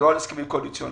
לא על הסכמים קואליציוניים.